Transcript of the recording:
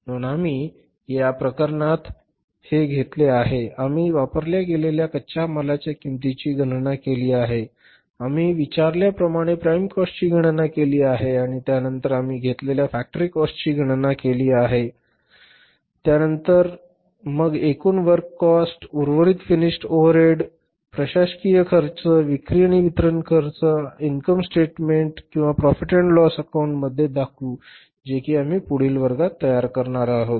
म्हणून आम्ही या प्रकरणात घेतले आहे आम्ही वापरल्या गेलेल्या कच्च्या मालाच्या किंमतीची गणना केली आहे आम्ही विचारल्याप्रमाणे प्राईम काॅस्टची गणना केली आहे आणि त्यानंतर आम्ही घेतलेल्या फॅक्टरी काॅस्टची गणना केली आहे आणि त्यानंतर मग एकूण वर्क कॉस्ट उर्वरित फिनिश ओव्हरहेड प्रशासकीय खर्च विक्री आणि वितरण खर्च आम्ही त्यांना इनकम स्टेटमेंट किंवा प्रॉफिट आणि अकाउंट मध्ये दाखवू जे की आम्ही पुढील वर्गात तयार करणार आहोत